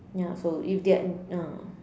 ya so if they're ah